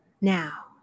now